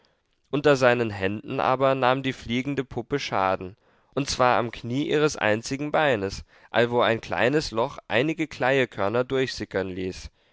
unter seinen händen aber nahm die fliegende puppe schaden und zwar am knie ihres einzigen beines allwo ein kleines loch einige kleiekörner durchsickern ließ